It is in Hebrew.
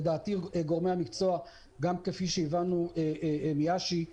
לדעתי גורמי המקצוע, גם כפי שהבנו מאשי שלמון,